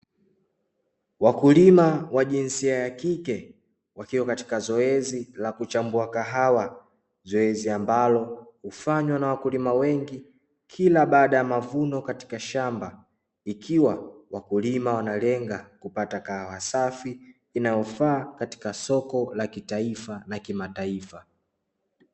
Wakulima wa jinsia ya kike wakiwa katika zoezi la kuchambua kahawa. Zoezi ambalo hufanywa na wakulima wengi kila baada ya mavuno katika shamba, ikiwa wakulima wanalenga kupata kahawa safi inayofaa katika soko la kitaifa na kimataifa.